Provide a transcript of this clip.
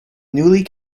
newly